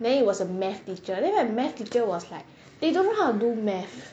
maybe it was math teacher then my math teacher was like they don't know how to do math